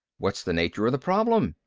what's the nature of the problem?